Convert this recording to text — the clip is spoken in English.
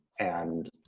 and